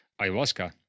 ayahuasca